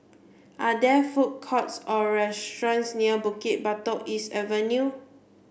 are there food courts or restaurants near Bukit Batok East Avenue